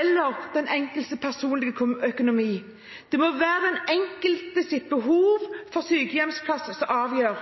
eller personlige økonomi. Det må være den enkeltes behov for sykehjemsplass som skal avgjøre.